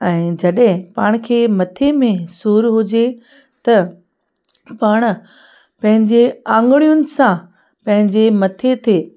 ऐं जॾहिं पाण खे मथे में सूरु हुजे त पाण पंहिंजे आंगुड़ियुनि सां पंहिंजे मथे ते